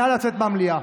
נא לצאת מהמליאה.